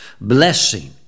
blessing